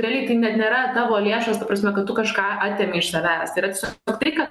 realiai tai net nėra tavo lėšos ta prasme kad tu kažką atėmi iš savęs tai yra tiesiog trika